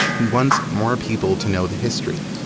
he wants more people to know the history.